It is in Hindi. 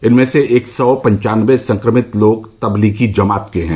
इनमें से एक सौ पनचानवे संक्रमित लोग तबलीगी जमात के हैं